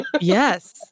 Yes